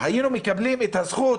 היינו מקבלים את הזכות